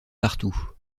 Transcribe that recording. partout